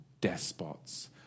despots